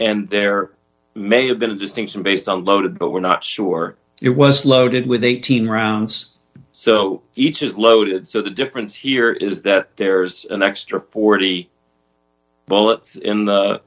and there may have been a distinction based on load but we're not sure it was loaded with eighteen rounds so each is loaded so the difference here is that there's an extra forty bullets in the